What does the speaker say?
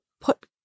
put